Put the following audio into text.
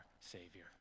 Savior